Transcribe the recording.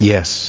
Yes